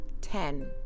Ten